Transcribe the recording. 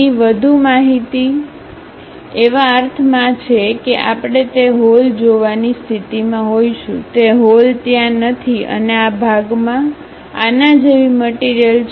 અહીં વધુ માહિતી એવા અર્થમાં છે કે આપણે તે હોલ જોવાની સ્થિતિમાં હોઈશું તે હોલ ત્યાં નથી અને આ ભાગમાં આના જેવી મટીરીયલ છે